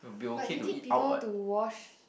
but you need people to wash